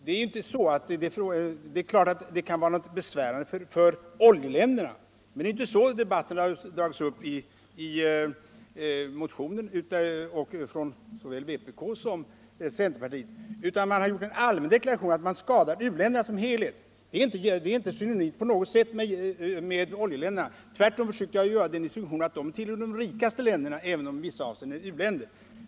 Det är klart att situationen kan vara besvärande för oljeländerna, men det är inte så debatten har dragits upp i motionen och av talesmän för vpk och centerpartiet, utan det har gjorts en allmän deklaration om att vi skadar u-länderna som helhet. Och det begreppet är inte på något sätt synonymt med oljeländerna. Jag försökte tvärtom göra den distinktionen att oljeländerna tillhör de rikaste länderna, även om de i vissa avseenden är u-länder.